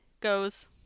goes